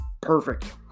perfect